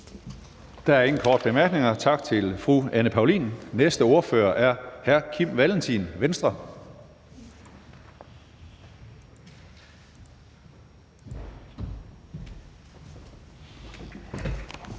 Der er ingen korte bemærkninger. Tak til fru Anne Paulin. Den næste ordfører er hr. Kim Valentin, Venstre.